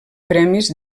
premis